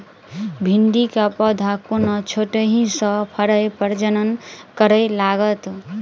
भिंडीक पौधा कोना छोटहि सँ फरय प्रजनन करै लागत?